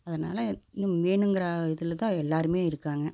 அதனால் இன்னும் வேணுங்கிற இதில் தான் எல்லோருமே இருக்காங்க